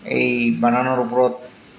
এই বানানৰ ওপৰত